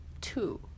two